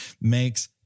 Makes